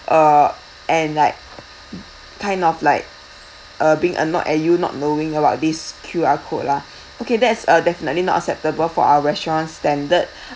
uh and like kind of like uh being annoyed at you not knowing about this Q_R code lah okay that is uh definitely not acceptable for our restaurant's standard